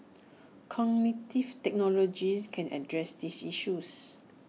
cognitive technologies can address these issues